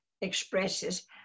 expresses